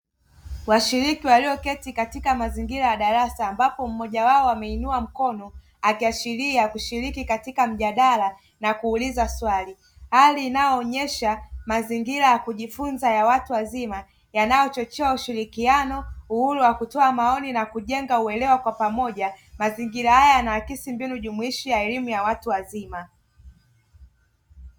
Washiriki walioketi katika mazingira ya darasa, ambapo mmoja wao ameinua mkono akiashiria kushiriki katika mjadala na kuuliza swali. Hali inayoonyesha mazingira ya kujifunza ya watu wazima, yanayochochea ushirikiano, uhuru wa kutoa maoni na kujenga uelewa kwa pamoja. Mazingira haya yanaakisi mbinu jumuishi ya elimu ya watu wazima.